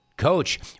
Coach